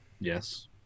Yes